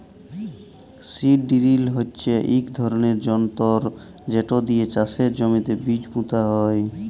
seed drill হচ্যে ইক ধরলের যনতর যেট দিয়ে চাষের জমিতে বীজ পুঁতা হয়